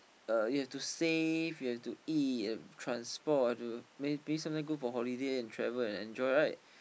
you have to save you have to eat transport maybe sometime go for holiday travel and enjoy right